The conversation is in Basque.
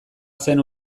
zen